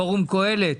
פורום קהלת.